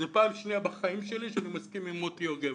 זו פעם שנייה בחיים שלי שאני מסכים עם מוטי יוגב.